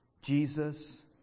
Jesus